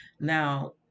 Now